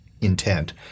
intent